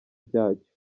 byacyo